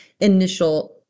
initial